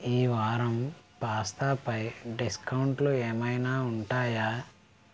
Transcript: ఈ వారం పాస్తా పై డిస్కౌంట్లు ఏమైనా ఉంటాయా